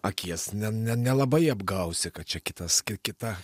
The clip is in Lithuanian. akies ne ne nelabai apgausi kad čia kitas ki kita